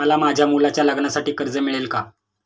मला माझ्या मुलाच्या लग्नासाठी कर्ज मिळेल का?